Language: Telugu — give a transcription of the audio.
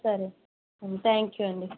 సరే థ్యాంక్ యూ అండి